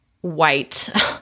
white